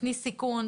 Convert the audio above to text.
תתני סיכון,